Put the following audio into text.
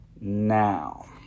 now